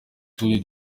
tundi